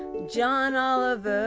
john oliver,